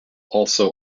also